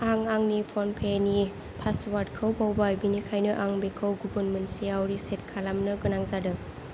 आं आंनि फनपेनि पासवार्डखौ बावबाय बेनिखायनो आं बेखौ गुबुन मोनसेआव रिसेट खालामनो गोनां जादों